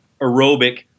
aerobic